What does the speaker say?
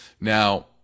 now